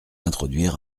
introduire